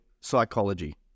psychology